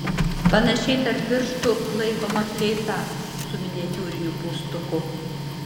panašiai tarp pirštų laikoma fleita su miniatiūriniu pūstuku